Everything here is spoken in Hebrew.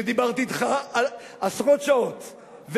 שדיברתי אתך עשרות שעות,